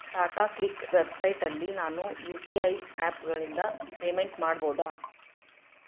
Tata click ವೆಬ್ಸೈಟಲ್ಲಿ ನಾನು U P I ಆ್ಯಪ್ಗಳಿಂದ ಪೇಮೆಂಟ್ ಮಾಡ್ಬೋದಾ